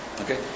okay